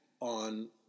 on